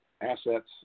assets